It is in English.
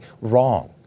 wrong